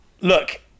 Look